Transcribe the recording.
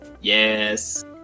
Yes